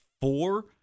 four